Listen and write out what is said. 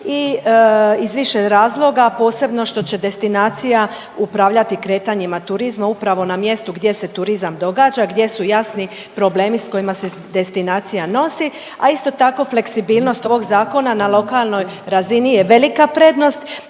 i iz više razloga, posebno što će destinacija upravljati kretanjima turizma upravo na mjestu gdje se turizam događa, gdje su jasni problemi s kojima se destinacija nosi, a isto tako fleksibilnost ovog Zakona na lokalnoj razini je velika prednost